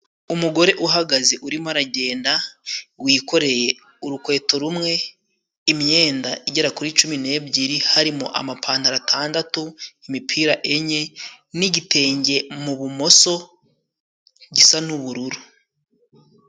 Umugore uhagaze urimo aragenda wikoreye :urukweto rumwe ,imyenda igera kuri cumi n'ebyeri ,harimo amapantaro atandatu, imipira enye, n'igitenge mu bumoso gisa n'ubururu.